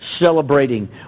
celebrating